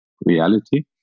reality